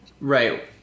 right